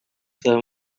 saa